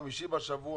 יום חמישי בשבוע,